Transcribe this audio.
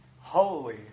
Holy